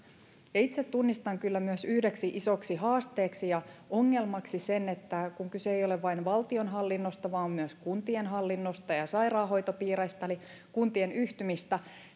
itse tunnistan kyllä yhdeksi isoksi haasteeksi ja ongelmaksi myös sen että kun kyse ei ole vain valtionhallinnosta vaan myös kuntien hallinnosta ja ja sairaanhoitopiireistä eli kuntien yhtymistä